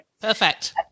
Perfect